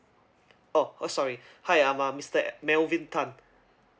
oh sorry hi I'm uh mister melvin tan